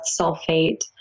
sulfate